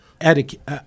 etiquette